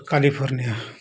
California